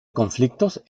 conflictos